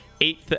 Eight